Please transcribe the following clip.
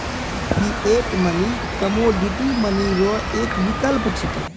fiat money commodity money रो एक विकल्प छिकै